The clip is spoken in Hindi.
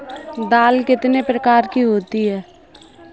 दाल कितने प्रकार की होती है?